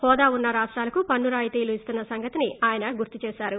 హోదా ఉన్న రాష్టాలకు పన్ను రాయితీలు ఇస్తున్న సంగతిని ఆయన గుర్తు చేశారు